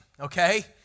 okay